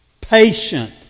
patient